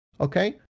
okay